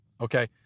okay